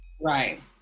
Right